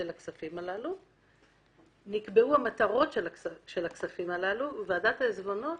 הכספים הללו נקבעו המטרות של הכספים ווועדת העיזבונות